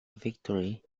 victory